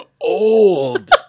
old